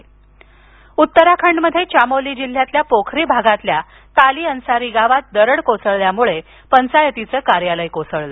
उत्तराखंड दरड कोसळली उत्तराखंडमध्ये चामोली जिल्ह्यातल्या पोखरी भागातल्या ताली अन्सारी गावात दरड कोसळल्यामुळे पंचायतीचं कार्यालय कोसळलं